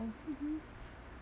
mmhmm